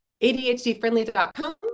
ADHDfriendly.com